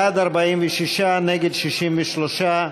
בעד, 46, נגד, 63,